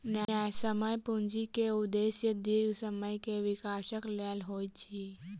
न्यायसम्य पूंजी के उदेश्य दीर्घ समय के विकासक लेल होइत अछि